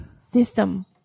system